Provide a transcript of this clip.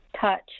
touch